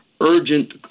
urgent